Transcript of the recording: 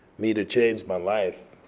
me to change my life,